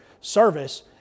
service